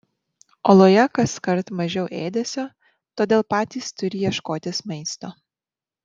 oloje kaskart mažiau ėdesio todėl patys turi ieškotis maisto